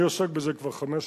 אני עוסק בזה כבר חמש שנים.